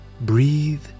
Breathe